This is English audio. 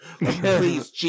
Please